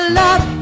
love